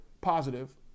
positive